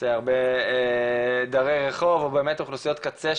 זה הרבה דרי רחוב ובאמת אוכלוסיות קצה,